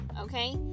okay